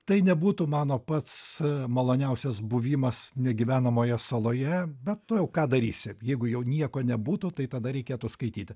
tai nebūtų mano pats maloniausias buvimas negyvenamoje saloje bet nu jau ką darysi jeigu jau nieko nebūtų tai tada reikėtų skaityti